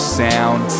sound